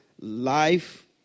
Life